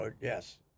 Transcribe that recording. Yes